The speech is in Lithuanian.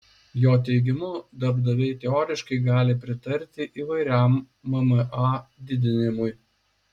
jo teigimu darbdaviai teoriškai gali pritarti įvairiam mma didinimui